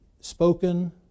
spoken